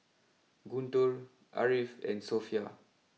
Guntur Ariff and Sofea